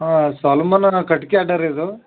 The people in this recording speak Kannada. ಹಾಂ ಸಾಲುಮಾಲರ ಕಟ್ಕಿ ಅಡ್ಡ ರೀ ಇದು